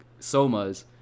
somas